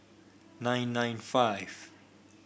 nine nine five